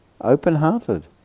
Open-hearted